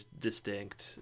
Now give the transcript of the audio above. distinct